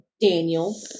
Daniel